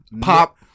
Pop